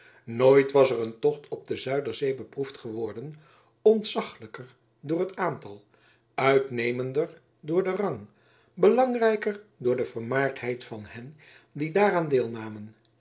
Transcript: nooit was er een tocht op de zuiderzee beproefd geworden ontzaglijker door het aantal uitnemender door den rang belangrijker door de vermaardheid van hen die daaraan deelnamen